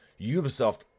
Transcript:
Ubisoft